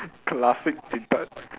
classic Din-Tat